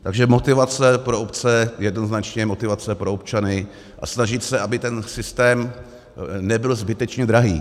Takže motivace pro obce, jednoznačně motivace pro občany a snažit se, aby ten systém nebyl zbytečně drahý.